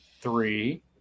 three